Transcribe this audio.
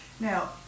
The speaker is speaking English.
Now